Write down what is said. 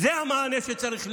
זה המענה שצריך להיות.